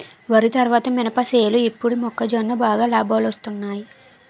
వరి తరువాత మినప సేలు ఇప్పుడు మొక్కజొన్న బాగా లాబాలొస్తున్నయ్